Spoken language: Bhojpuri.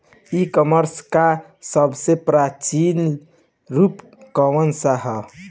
ई कॉमर्स क सबसे प्रचलित रूप कवन सा ह?